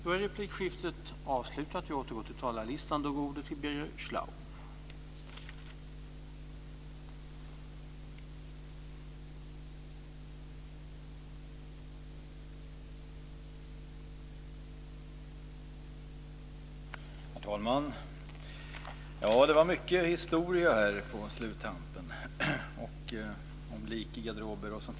Herr talman! Det var mycket historia på sluttampen och tal om lik i garderober och sådant.